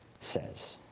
says